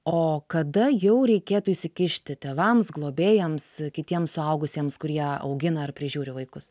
o kada jau reikėtų įsikišti tėvams globėjams kitiems suaugusiems kurie augina ar prižiūri vaikus